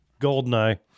Goldeneye